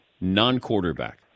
non-quarterback